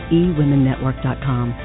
eWomenNetwork.com